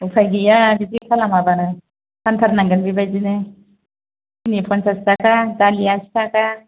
उफाय गैया बिदि खालामाबानो फानथारनांगोन बेबायदिनो सिनि फनसाच थाखा दालि आसि थाखा